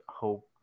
hope